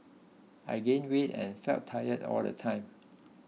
I gained weight and felt tired all the time